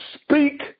Speak